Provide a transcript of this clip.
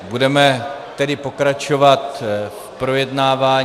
Budeme tedy pokračovat v projednávání.